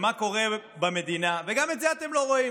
ומה קורה במדינה, וגם את זה אתם לא רואים.